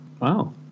Wow